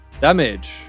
damage